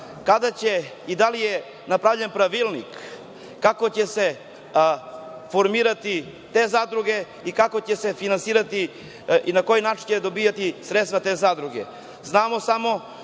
kada će i da li je napravljen pravilnik, kako će se formirati te zadruge i kako će se finansirati i na koji način će dobijati sredstva te zadruge? Znamo samo